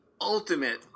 ultimate